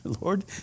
Lord